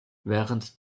während